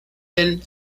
been